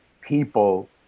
people